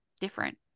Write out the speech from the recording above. different